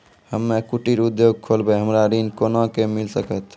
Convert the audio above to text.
हम्मे कुटीर उद्योग खोलबै हमरा ऋण कोना के मिल सकत?